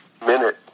minute